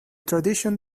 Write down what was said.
tradition